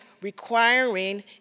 requiring